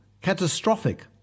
catastrophic